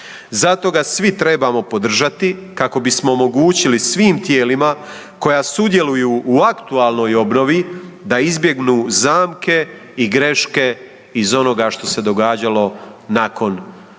Zato ga svi trebamo podržati kako bismo omogućili svim tijelima koja sudjeluju u aktualnoj obnovi da izbjegnu zamke i greške iz onoga što se događalo nakon rata.